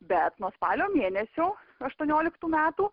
bet nuo spalio mėnesio aštuonioliktų metų